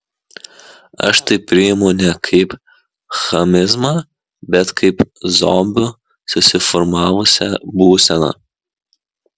aš tai priimu ne kaip chamizmą bet kaip zombių susiformavusią būseną